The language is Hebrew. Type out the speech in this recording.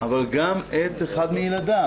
אבל גם מי שרצח את אחד מילדיו.